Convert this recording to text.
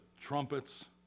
trumpets